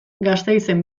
gasteizen